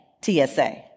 TSA